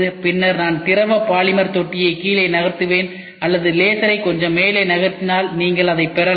பின்னர் நான் திரவ பாலிமர் தொட்டியை கீழே நகர்த்துவேன் அல்லது லேசரை கொஞ்சம் மேலே நகர்த்தினால் நீங்கள் அதைப் பெறலாம்